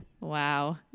Wow